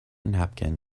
napkin